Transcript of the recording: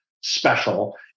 special